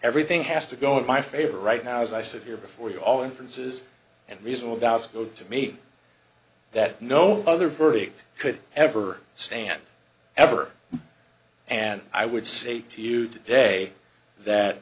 everything has to go in my favor right now as i sit here before you all inferences and reasonable doubts go to make that no other verdict could ever stand ever and i would say to you today that